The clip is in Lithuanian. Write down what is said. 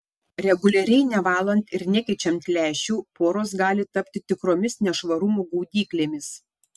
reguliariai nevalant ir nekeičiant lęšių poros gali tapti tikromis nešvarumų gaudyklėmis